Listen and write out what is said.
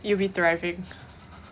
you'll be thriving